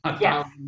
Yes